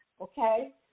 okay